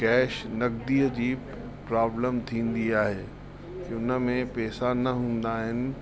cash नगदीअ जी problem थींदी आहे की हुन में पेसा न हूंदा आहिनि